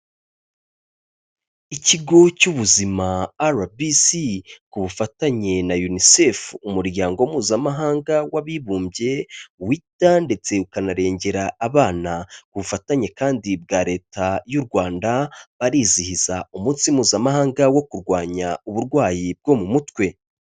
Ikigo cy'ubuzima RBC ku bufatanye na Unicef, Umuryango Mpuzamahanga w'Abibumbye wita ndetse ukanarengera abana ku bufatanye kandi bwa Leta y'u Rwanda, barizihiza umunsi Mpuzamahanga wo kurwanya uburwayi bwo mu mutwe.